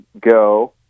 go